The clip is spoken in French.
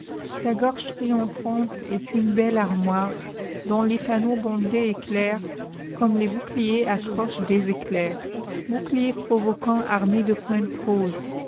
ta gorge triomphante est une belle armoiredont les panneaux bombés et clairscomme les boucliers accrochent des éclairs boucliers provoquants armés de pointes roses